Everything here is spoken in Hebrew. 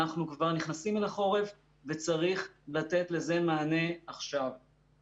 אנחנו כבר נכנסים לחורף וצריך לתת לזה מענה עכשיו.